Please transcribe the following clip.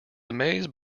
amazed